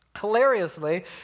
hilariously